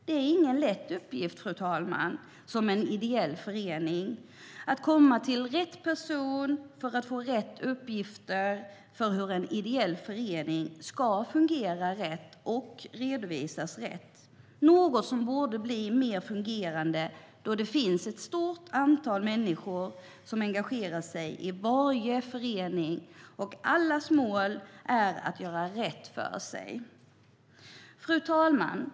Det är ingen lätt uppgift, fru talman, för en ideell förening att komma till rätt person för att få rätt uppgifter för hur en ideell förening ska fungera rätt och redovisas rätt. Detta är något som borde bli mer välfungerande, då det finns ett stort antal människor som engagerar sig i varje förening och allas mål är att göra rätt för sig. Fru talman!